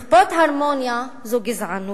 לכפות הרמוניה זה גזענות,